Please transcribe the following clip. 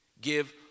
Give